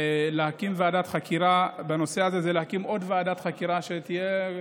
להקים ועדת חקירה בנושא הזה זה להקים עוד ועדת חקירה שתשמש